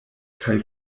kaj